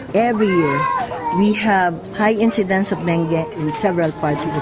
every year we have high incidence of dengue in several parts of the